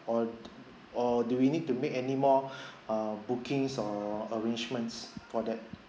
or d~ or do we need to make anymore err bookings or arrangements for that